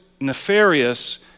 nefarious